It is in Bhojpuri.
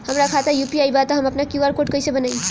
हमार खाता यू.पी.आई बा त हम आपन क्यू.आर कोड कैसे बनाई?